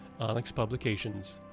onyxpublications